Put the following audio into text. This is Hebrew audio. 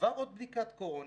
עבר עוד בדיקת קורונה,